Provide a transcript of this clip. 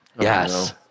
Yes